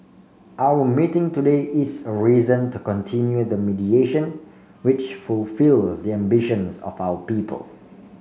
our meeting today is a reason to continue the mediation which fulfil the ambitions of our people